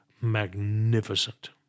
magnificent